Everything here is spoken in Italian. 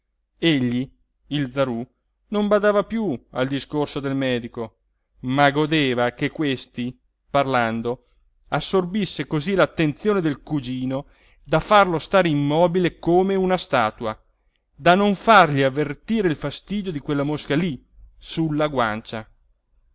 il zarú non badava piú al discorso del medico ma godeva che questi parlando assorbisse cosí l'attenzione del cugino da farlo stare immobile come una statua da non fargli avvertire il fastidio di quella mosca lí sulla guancia